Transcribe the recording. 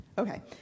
Okay